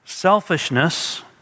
selfishness